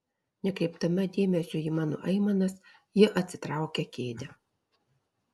nekreipdama dėmesio į mano aimanas ji atsitraukia kėdę